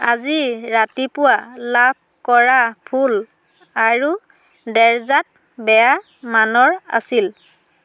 আজি ৰাতিপুৱা লাভ কৰা ফুল আৰু ডেৰ্জাট বেয়া মানৰ আছিল